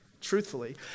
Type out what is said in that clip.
truthfully